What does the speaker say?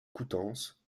coutances